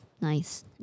Nice